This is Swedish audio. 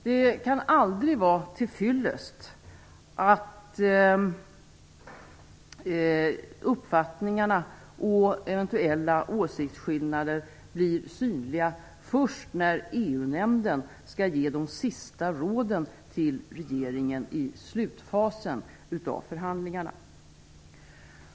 Det kan aldrig vara till fyllest att uppfattningarna och eventuella åsiktsskillnader blir synliga först när EU-nämnden skall ge de sista råden till regeringen i slutfasen av förhandlingarna.